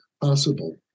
possible